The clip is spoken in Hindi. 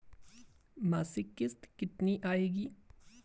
मासिक किश्त कितनी आएगी?